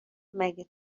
مگه